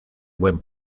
buen